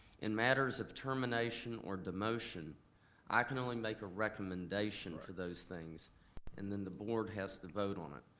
in matters of termination or demotion i can only make a recommendation for those things and then the board has to vote on it.